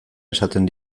esaten